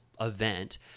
event